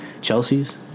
Chelsea's